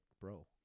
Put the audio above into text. bro